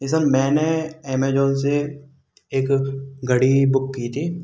जी sir मैंने Amazon से एक घड़ी बुक की थी